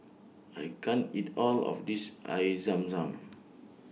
I can't eat All of This Air Zam Zam